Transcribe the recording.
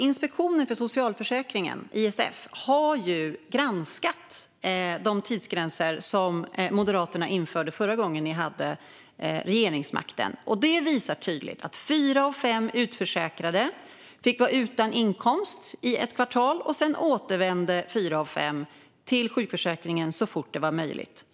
Inspektionen för socialförsäkringen, ISF, har ju granskat de tidsgränser som Moderaterna införde förra gången de hade regeringsmakten. Granskningen visar tydligt att fyra av fem utförsäkrade fick vara utan inkomst i ett kvartal. Sedan återvände fyra av fem till sjukförsäkringen så fort som det var möjligt.